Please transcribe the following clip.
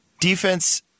Defense